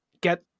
get